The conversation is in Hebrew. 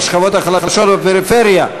בשכבות החלשות ובפריפריה.